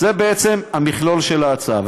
זה בעצם המכלול של ההצעה.